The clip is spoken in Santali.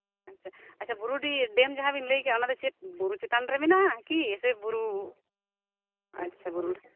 ᱟᱪᱪᱷᱟ ᱟᱪᱪᱷᱟ ᱵᱩᱨᱩᱰᱤ ᱰᱮᱢ ᱡᱟᱦᱟᱸ ᱵᱤᱱ ᱞᱟᱹᱭ ᱠᱮᱜᱼᱟ ᱚᱱᱟᱫᱚ ᱪᱮᱫ ᱵᱩᱨᱩ ᱪᱮᱛᱟᱱᱨᱮ ᱢᱮᱱᱟᱜᱼᱟ ᱠᱤᱥᱮ ᱵᱩᱨᱩ ᱟᱪᱪᱷᱟ ᱵᱩᱨᱩ